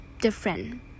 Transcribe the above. different